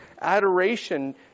adoration